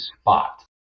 spot